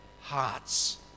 hearts